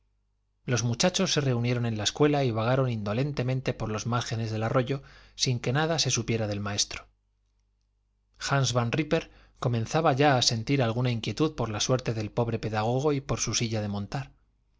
los muchachos se reunieron en la escuela y vagaron indolentemente por las márgenes del arroyo sin que nada se supiera del maestro hans van rípper comenzaba ya a sentir alguna inquietud por la suerte del pobre pedagogo y por su silla de montar